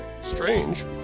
strange